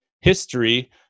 history